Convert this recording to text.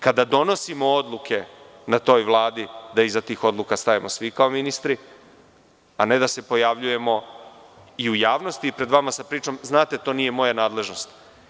Kada donosimo odluke na toj Vladi, da iza tih odluka stajemo svi kao ministri, a ne da se pojavljujemo i u javnosti i pred vama sa pričom – znate, to nije moja nadležnost.